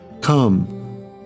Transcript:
Come